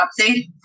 update